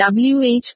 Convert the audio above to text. WH